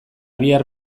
bihar